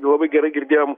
labai gerai girdėjom